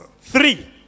Three